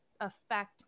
affect